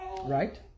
Right